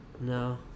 No